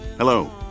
Hello